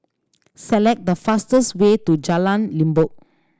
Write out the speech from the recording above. select the fastest way to Jalan Limbok